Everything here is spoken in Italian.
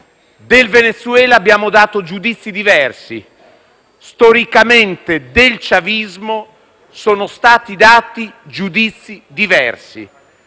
del Venezuela abbiamo dato giudizi diversi; storicamente del chavismo sono stati dati giudizi diversi.